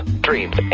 dreams